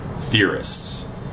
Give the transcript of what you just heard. theorists